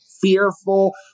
fearful